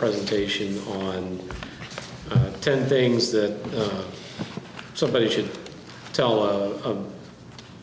presentation on ten things that somebody should tell of